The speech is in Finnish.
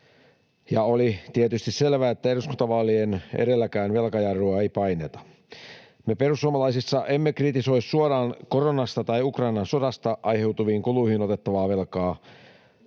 oli tietysti selvää, että eduskuntavaalien edelläkään velkajarrua ei paineta. Me perussuomalaisissa emme kritisoi suoraan koronasta tai Ukrainan sodasta aiheutuviin kuluihin otettavaa velkaa.